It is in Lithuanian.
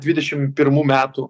dvidešim pirmų metų